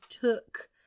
took